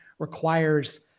requires